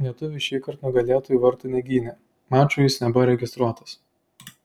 lietuvis šįkart nugalėtojų vartų negynė mačui jis nebuvo registruotas